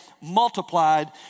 multiplied